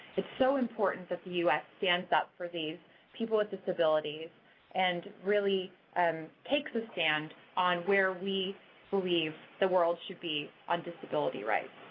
it's so important that the u s. stands up for these people with disabilities and really um takes a stand on where we believe the world should be on disability rights.